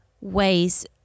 ways